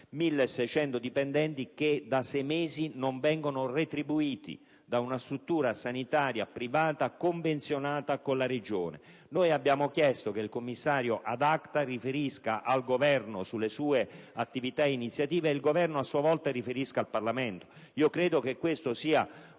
1.600 dipendenti da sei mesi non vengono retribuiti da una struttura sanitaria privata convenzionata con la Regione. Abbiamo chiesto che il Commissario *ad acta* riferisca al Governo sulle sue attività e iniziative, e che il Governo a sua volta riferisca al Parlamento. Credo che questo sia un